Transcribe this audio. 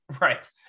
right